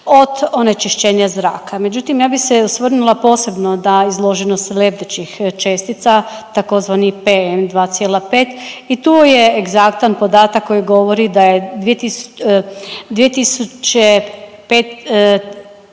od onečišćenje zraka. Međutim, ja bih se osvrnula posebno da izloženost lebdećih čestica tzv. PN2,5 i tu je egzaktan podatak koji govori da je 2053,